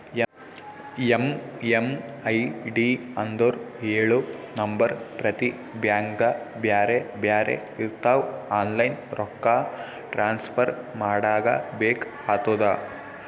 MMID ಅಂದುರ್ ಎಳು number ಪ್ರತಿ ಬ್ಯಾಂಕ್ಗ ಬ್ಯಾರೆ ಬ್ಯಾರೆ ಇರ್ತಾವ್ ಆನ್ಲೈನ್ ರೊಕ್ಕಾ ಟ್ರಾನ್ಸಫರ್ ಮಾಡಾಗ ಬೇಕ್ ಆತುದ